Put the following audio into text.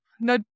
No